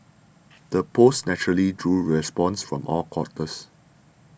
the post naturally drew responses from all quarters